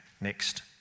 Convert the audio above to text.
Next